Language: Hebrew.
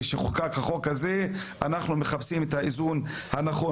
משחוקק החוק הזה אנחנו מחפשים את האיזון הנכון